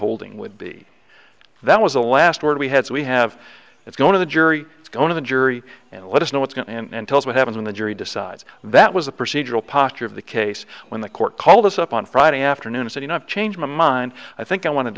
holding would be that was the last word we had so we have it's going to the jury go to the jury and let us know what's going on and tell us what happened in the jury decides that was a procedural posture of the case when the court called us up on friday afternoon said you know i've changed my mind i think i want to